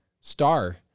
star